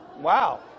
Wow